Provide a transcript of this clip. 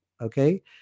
okay